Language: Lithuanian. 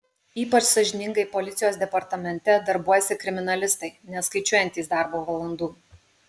ypač sąžiningai policijos departamente darbuojasi kriminalistai neskaičiuojantys darbo valandų